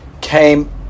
came